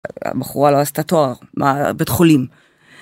הבחורה לא עשתה תואר, מה בית חולים?!